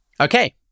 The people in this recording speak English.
Okay